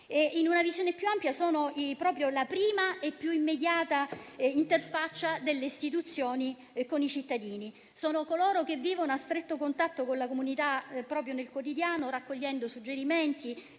In una visione più ampia, sono proprio la prima e più immediata interfaccia delle istituzioni con i cittadini. Sono coloro che vivono a stretto contatto con la comunità proprio nel quotidiano, raccogliendo suggerimenti,